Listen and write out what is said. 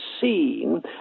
seen